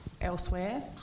elsewhere